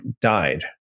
died